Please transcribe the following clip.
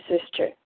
sister